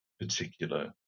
particular